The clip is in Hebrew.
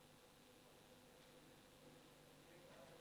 יוצא יעקב,